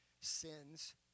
sins